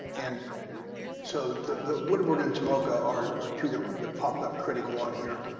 and so woodward and tomoka are are two that popped up critical on here.